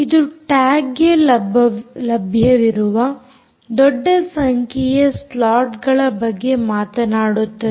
ಇವು ಟ್ಯಾಗ್ಗೆ ಲಭ್ಯವಿರುವ ದೊಡ್ಡ ಸಂಖ್ಯೆಯ ಸ್ಲಾಟ್ಗಳ ಬಗ್ಗೆ ಮಾತನಾಡುತ್ತದೆ